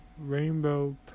Rainbow